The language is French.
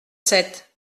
sept